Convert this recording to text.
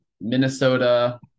minnesota